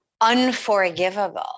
unforgivable